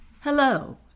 Hello